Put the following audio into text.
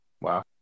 Wow